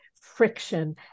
friction